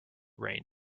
rain